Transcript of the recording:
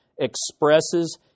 expresses